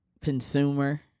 consumer